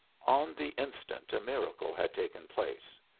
on the instant a miracle had taken place.